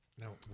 No